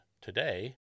today